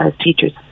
teachers